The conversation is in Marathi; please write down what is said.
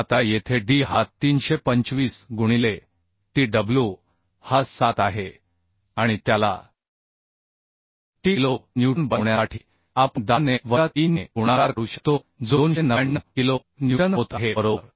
आता येथे D हा 325 गुणिले Tw हा 7 आहे आणि त्याला T किलो न्यूटन बनवण्यासाठी आपण 10 ने वजा 3 ने गुणाकार करू शकतो जो 299 किलो न्यूटन होत आहे बरोबर